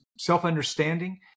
self-understanding